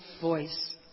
voice